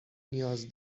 نیاز